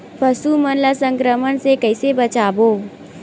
पशु मन ला संक्रमण से कइसे बचाबो?